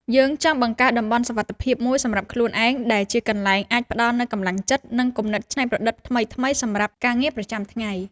យើងចង់បង្កើត តំបន់សុវត្ថិភាព មួយសម្រាប់ខ្លួនឯង ដែលជាកន្លែងអាចផ្ដល់នូវកម្លាំងចិត្ត និងគំនិតច្នៃប្រឌិតថ្មីៗសម្រាប់ការងារប្រចាំថ្ងៃ។